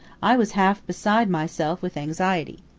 i was half beside myself with anxiety.